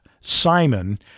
Simon